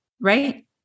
Right